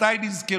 מתי הם נזכרו?